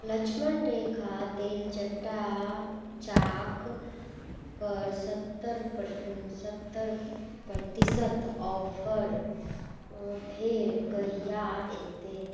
लक्ष्मण रेखा तेलचट्टा चाकपर सत्तरि पर सत्तरि प्रतिशत ऑफर फेर कहिआ अएतै